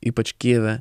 ypač kijeve